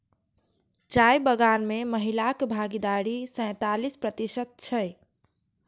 चाय बगान मे महिलाक भागीदारी सैंतालिस प्रतिशत छै